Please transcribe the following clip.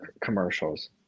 commercials